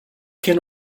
can